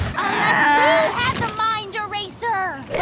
unless you had the mind eraser!